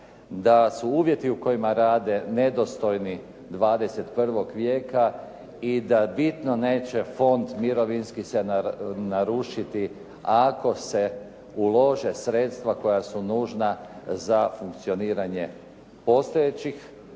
da su uvjeti u kojima rade nedostojni 21. vijeka i da bitno neće fond mirovinski narušiti ako se ulože sredstva koja su nužna za funkcioniranje postojećih